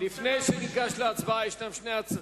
לפני שניגש להצבעה יש שתי,